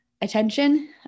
attention